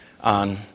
on